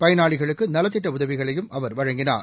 பயனாளிகளுக்கு நலத்திட்ட உதவிகளையும் அவர் வழங்கினார்